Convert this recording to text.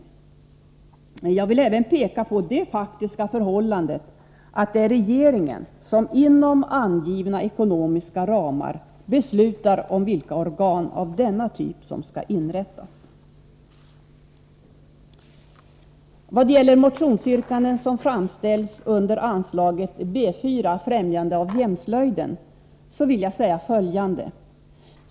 Jag vill även peka på det faktiska förhållandet att det är regeringen som inom angivna ekonomiska ramar beslutar om vilka organ av denna typ som skall inrättas. Vad gäller de motionsyrkanden som framställts under anslaget B4 Främjande av hemslöjden vill jag säga följande.